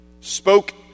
spoke